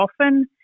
often